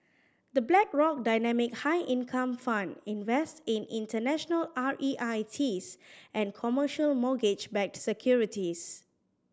the Black rock Dynamic High Income Fund invests in international R E I Ts and commercial mortgage backed securities